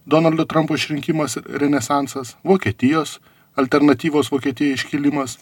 donaldo trampo išrinkimas renesansas vokietijos alternatyvos vokietijai iškilimas